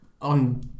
On